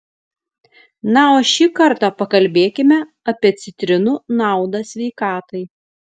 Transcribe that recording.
na o šį kartą pakalbėkime apie citrinų naudą sveikatai